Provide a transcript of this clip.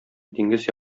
диңгез